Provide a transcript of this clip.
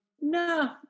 No